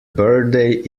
birthday